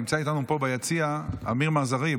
נמצא איתנו פה ביציע אמיר מזאריב,